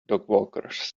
dogwalkers